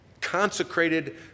Consecrated